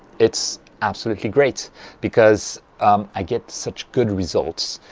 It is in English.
it's absolutely great because i get such good results.